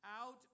out